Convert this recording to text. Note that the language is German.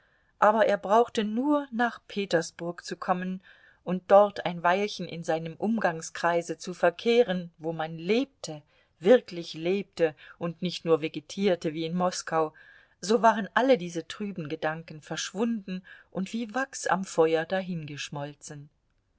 aber er brauchte nur nach petersburg zu kommen und dort ein weilchen in seinem umgangskreise zu verkehren wo man lebte wirklich lebte und nicht nur vegetierte wie in moskau so waren alle diese trüben gedanken verschwunden und wie wachs am feuer